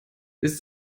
ist